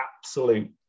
absolute